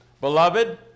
Beloved